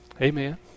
Amen